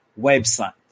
website